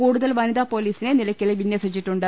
കൂടുതൽ വനിതാപൊലീ സിനെ നിലയ്ക്കലിൽ വിന്യസിച്ചിട്ടുണ്ട്